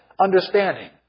understanding